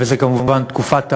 וזה כמובן תקופת ההמתנה.